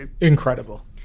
incredible